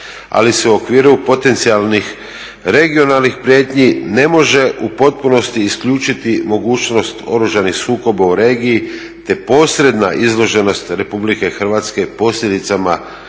ali se u okviru potencijalnih regionalnih prijetnji ne može u potpunosti isključiti mogućnost oružanih sukoba u regiji te posredna izloženost Republike Hrvatske posljedicama